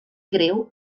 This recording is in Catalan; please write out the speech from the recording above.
greu